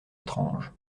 étrange